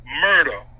murder